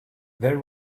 there